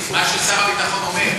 מה ששר הביטחון אומר.